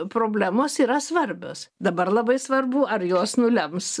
problemos yra svarbios dabar labai svarbu ar jos nulems